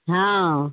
हँ